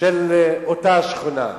של אותה שכונה.